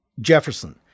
Jefferson